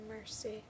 mercy